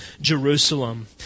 Jerusalem